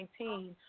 2019